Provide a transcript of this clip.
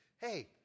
Hey